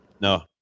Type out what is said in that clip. no